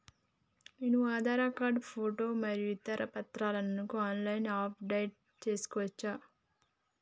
నేను Aadhaar card photo మరియు ఇతర పత్రాలను ఆన్ లైన్ అప్ డెట్ చేసుకోవచ్చా?